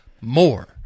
more